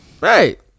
Right